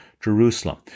Jerusalem